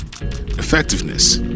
EFFECTIVENESS